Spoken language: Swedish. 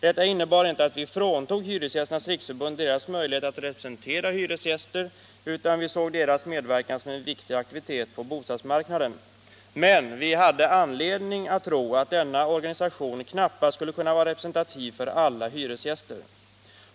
Detta innebar inte att vi fråntog Hyresgästernas riksförbund dess möjlighet att representera hyresgäster, utan vi såg dess medverkan som en viktig aktivitet på bostadsmarknaden, men vi hade anledning att tro att denna organisation knappast skulle kunna vara representativ för alla hyresgäster.